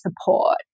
support